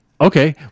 okay